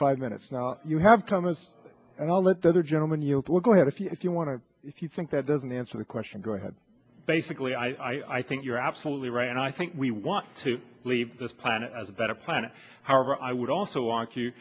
five minutes now you have commas and i'll let the other gentleman you will go ahead if you if you want to if you think that doesn't answer the question go ahead basically i think you're absolutely right and i think we want to leave this planet as a better planet however i would also ar